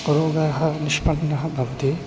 रोगाः निष्पन्नः भवति